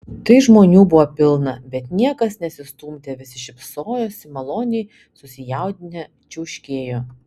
tai žmonių buvo pilna bet niekas nesistumdė visi šypsojosi maloniai susijaudinę čiauškėjo